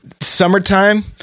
summertime